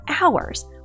hours